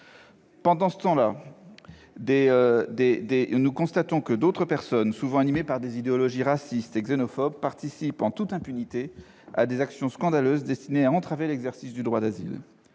le même temps, nous constatons que d'autres personnes, souvent animées par des idéologies racistes et xénophobes, participent, en toute impunité, à des actions scandaleuses destinées à entraver l'exercice du droit d'asile.